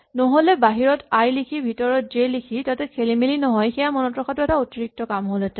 নহ'লে বাহিৰত আই লিখি ভিতৰত জে লিখি যাতে খেলিমেলি নহয় সেয়া মনত ৰখাটো এটা অতিৰিক্ত কাম হ'লহেতেন